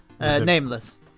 Nameless